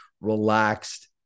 relaxed